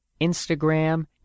Instagram